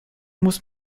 muss